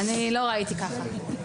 אני לא ראיתי ככה.